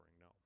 no